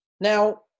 Now